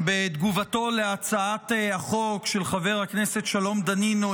בתגובתו על הצעת החוק של חבר הכנסת שלום דנינו,